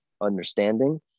understanding